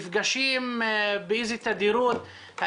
באיזה תדירות אתם נפגשים,